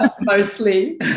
mostly